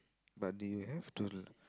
but they will have to